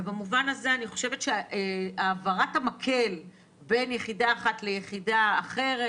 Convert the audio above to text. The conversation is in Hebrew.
ובמובן הזה אני חושבת שהעברת המקל בין יחידה אחת ליחידה אחרת,